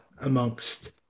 amongst